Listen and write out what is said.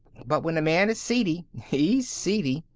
but when a man is seedy, he's seedy.